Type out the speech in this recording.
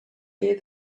gave